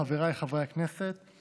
חבריי חברי הכנסת,